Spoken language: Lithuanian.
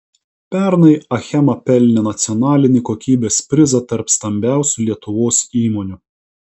pernai achema pelnė nacionalinį kokybės prizą tarp stambiausių lietuvos įmonių